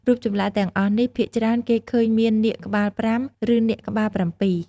រូបចម្លាក់ទាំងអស់នោះ ភាគច្រើនគេឃើញមាននាគក្បាលប្រាំ ឬនាគក្បាលប្រាំពីរ។